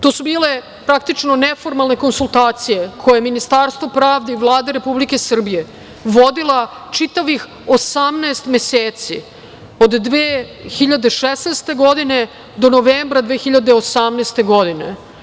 To su bile, praktično, neformalne konsultacije, koje je Ministarstvo pravde i Vlada Republike Srbije, vodila čitavih 18 meseci, od 2016. godine, do novembra 2018. godine.